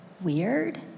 weird